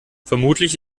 vermutlich